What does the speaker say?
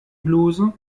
bluse